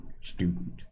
student